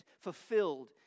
fulfilled